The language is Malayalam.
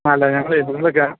അല്ല ഞങ്ങളേ മുൻപ് ഒക്കെ